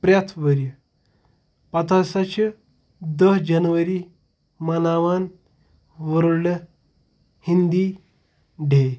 پرٛٮ۪تھ ؤریہِ پَتہٕ ہَسا چھِ دہ جَنؤری مناوان ورلڈٕ ہِندی ڈے